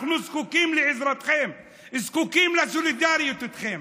אנחנו זקוקים לעזרתכם, זקוקים לסולידריות איתכם.